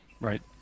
Right